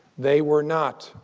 they were not,